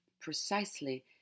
precisely